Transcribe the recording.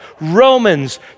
Romans